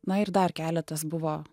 na ir dar keletas buvo